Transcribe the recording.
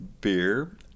beer